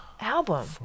album